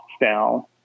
down